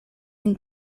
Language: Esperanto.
vin